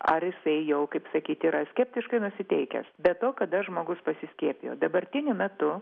ar jisai jau kaip sakyt yra skeptiškai nusiteikęs be to kada žmogus pasiskiepijo dabartiniu metu